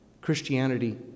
Christianity